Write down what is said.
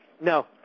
No